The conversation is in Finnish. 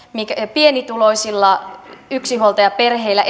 pienituloisilla yksinhuoltajaperheillä